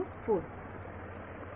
विद्यार्थी 2 ते 4